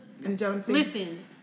Listen